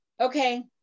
okay